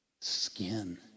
skin